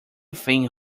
thing